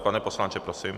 Pane poslanče, prosím.